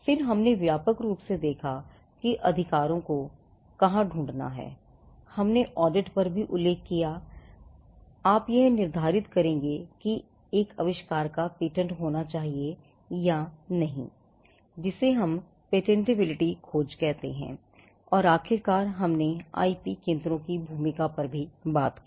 फिर हमने व्यापक रूप से देखा कि आविष्कारों को कहां ढूँढना है और हमने ऑडिट पर भी उल्लेख किया था कि आप यह निर्धारित करेंगे कि एक आविष्कार का पेटेंट होना चाहिए या नहीं जिसे हम पेटेंटबिलिटी खोज कहते हैं और आखिरकार हमने आईपी केंद्रों की भूमिका पर भी बात की